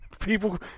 People